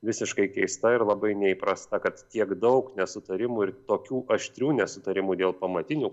visiškai keista ir labai neįprasta kad tiek daug nesutarimų ir tokių aštrių nesutarimų dėl pamatinių